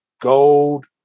gold